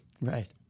Right